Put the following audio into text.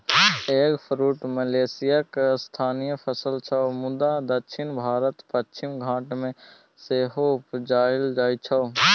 eggfruit मलेशियाक स्थानीय फसल छै मुदा दक्षिण भारतक पश्चिमी घाट मे सेहो उपजाएल जाइ छै